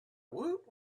woot